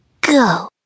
go